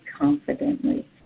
confidently